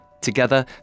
Together